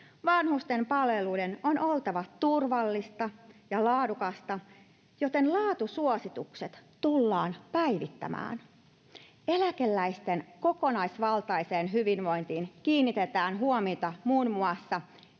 Vanhusten palveluiden on oltava turvallisia ja laadukkaita, joten laatusuositukset tullaan päivittämään. Eläkeläisten kokonaisvaltaiseen hyvinvointiin kiinnitetään huomiota muun muassa